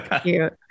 cute